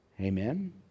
amen